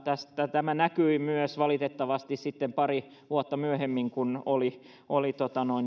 tämä näkyi myös valitettavasti sitten pari vuotta myöhemmin kun oli oli